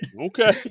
Okay